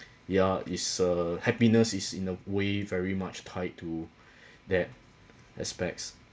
ya is uh happiness is in a way very much tied to that aspects